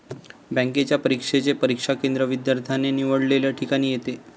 बँकेच्या परीक्षेचे परीक्षा केंद्र विद्यार्थ्याने निवडलेल्या ठिकाणी येते